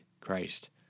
Christ